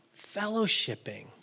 fellowshipping